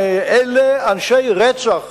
אלה אנשי רצח,